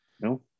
No